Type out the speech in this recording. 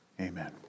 amen